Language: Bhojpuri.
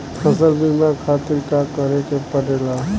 फसल बीमा खातिर का करे के पड़ेला?